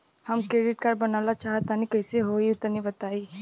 हम credit card बनवावल चाह तनि कइसे होई तनि बताई?